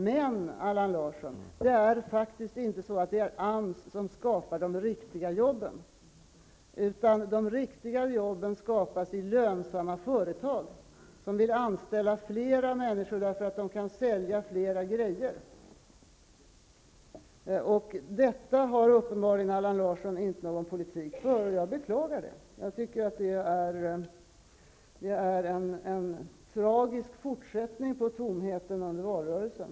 Men, Allan Larsson, det är faktiskt inte AMS som skapar de riktiga jobben, utan de riktiga jobben skapas i lönsamma företag som vill anställa fler människor därför att de kan sälja fler produkter. Allan Larsson har uppenbarligen inte någon politik för detta, och jag beklagar det. Jag tycker att det är en tragisk fortsättning på tomheten under valrörelsen.